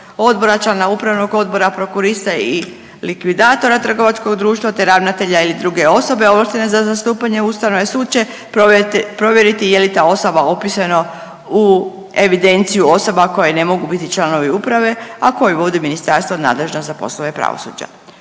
odbora, člana upravnog odbora, prokurista i likvidatora trgovačkog društva, te ravnatelja ili druge osobe ovlaštene za zastupanje Ustavni sud će provjeriti je li ta osoba upisana u evidenciju osoba koje ne mogu biti članovi uprave, a koju vodi ministarstvo nadležno za poslove pravosuđa.